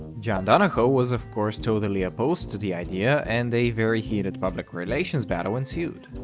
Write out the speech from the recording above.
john donahoe was, of course, totally opposed to the idea, and a very heated public relations battle ensued.